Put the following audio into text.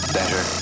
Better